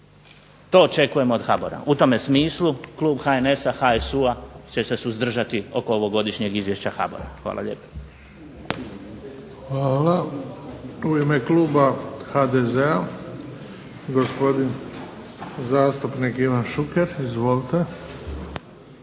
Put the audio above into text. To očekujemo od HBOR-a. U tome smislu klub HNS-HSU-a će se suzdržati oko ovogodišnjeg Izvješća HBOR-a. Hvala lijepa. **Bebić, Luka (HDZ)** Hvala. U ime kluba HDZ-a gospodin zastupnik Ivan Šuker. Izvolite.